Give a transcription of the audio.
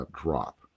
drop